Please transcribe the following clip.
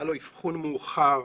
היה לו אבחון מאוחר,